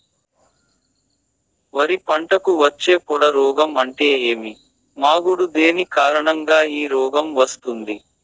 వరి పంటకు వచ్చే పొడ రోగం అంటే ఏమి? మాగుడు దేని కారణంగా ఈ రోగం వస్తుంది?